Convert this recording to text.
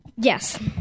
yes